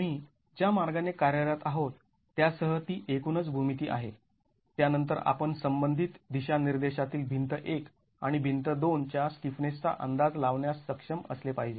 आम्ही ज्या मार्गाने कार्यरत आहोत त्या सह ती एकूणच भूमिती आहे त्यानंतर आपण संबंधित दिशानिर्देशातील भिंत १ आणि भिंत २ च्या स्टिफनेस चा अंदाज लावण्यास सक्षम असले पाहिजे